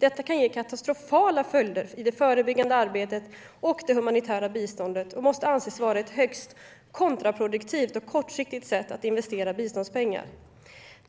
Detta kan ge katastrofala följder i det förebyggande arbetet och det humanitära biståndet och måste anses vara ett högst kontraproduktivt och kortsiktigt sätt att investera biståndspengar.